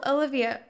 Olivia